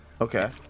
Okay